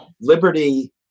liberty